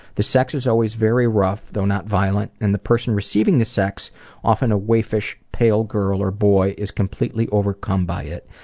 the sex is always very rough, though not violent, and the person receiving the sex often a waifish, pale girl or boy is completely overcome by it.